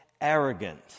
arrogant